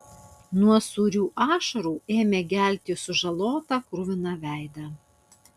nuo sūrių ašarų ėmė gelti sužalotą kruviną veidą